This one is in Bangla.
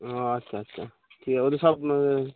ও আচ্ছা আচ্ছা ঠিক আছে ওদের সব